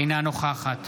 אינה נוכחת